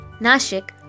Nashik